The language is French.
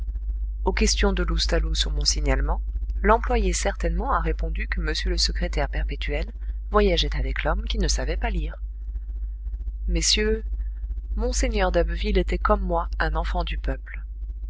aux questions de loustalot sur mon signalement l'employé certainement a répondu que m le secrétaire perpétuel voyageait avec l'homme qui ne savait pas lire messieurs mgr d'abbeville était comme moi un enfant du peuple